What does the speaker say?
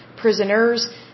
prisoners